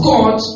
God